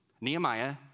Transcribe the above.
Nehemiah